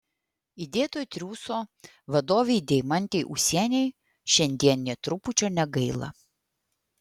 įdėto triūso vadovei deimantei ūsienei šiandien nė trupučio negaila